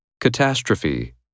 Catastrophe